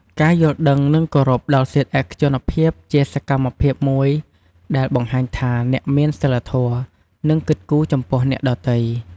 ការយល់ដឹងនិងគោរពដល់សិទ្ធិឯកជនភាពជាសកម្មភាពមួយដែលបង្ហាញថា អ្នកមានសីលធម៌ និងគិតគូរចំពោះអ្នកដទៃ។